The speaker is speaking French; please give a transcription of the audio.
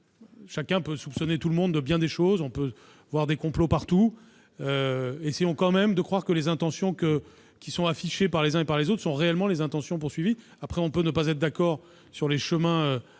hier. Chacun peut soupçonner tout le monde de bien des choses ; on peut voir des complots partout. Essayons quand même de croire que les intentions affichées par les uns et par les autres sont réellement les intentions visées. Après, on peut ne pas être d'accord sur les chemins à